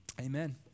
amen